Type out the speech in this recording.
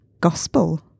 Gospel